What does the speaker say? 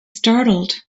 startled